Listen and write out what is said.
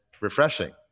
refreshing